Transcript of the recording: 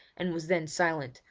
and was then silent,